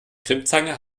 crimpzange